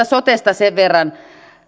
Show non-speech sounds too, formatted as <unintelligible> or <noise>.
<unintelligible> sotesta sen verran